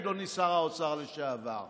אדוני שר האוצר לשעבר.